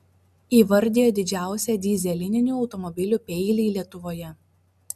įvardijo didžiausią dyzelinių automobilių peilį lietuvoje